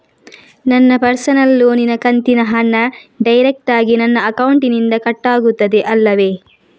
ನನ್ನ ಪರ್ಸನಲ್ ಲೋನಿನ ಕಂತಿನ ಹಣ ಡೈರೆಕ್ಟಾಗಿ ನನ್ನ ಅಕೌಂಟಿನಿಂದ ಕಟ್ಟಾಗುತ್ತದೆ ಅಲ್ಲವೆ?